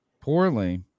poorly